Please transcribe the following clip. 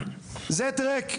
זה דרעק,